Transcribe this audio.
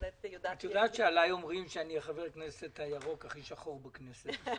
עליי אומרים שאני חבר הכנסת הירוק הכי שחור בכנסת.